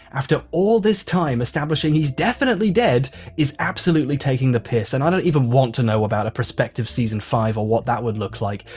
after all this time, establishing he's definitely dead is absolutely taking the piss. and i don't even want to know about a prospective season five, or what that would look like.